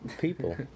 People